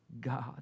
God